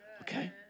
Okay